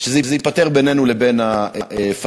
שזה ייפתר בינינו לבין הפלסטינים,